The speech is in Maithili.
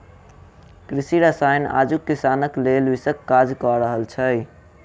कृषि रसायन आजुक किसानक लेल विषक काज क रहल छै